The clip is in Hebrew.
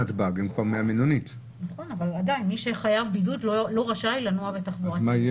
מי שחייב בידוד, לא רשאי לנוע בתחבורה ציבורית.